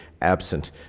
absent